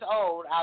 old